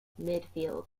midfield